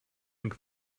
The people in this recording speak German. einen